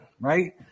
right